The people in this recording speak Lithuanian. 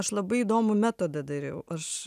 aš labai įdomų metodą dariau aš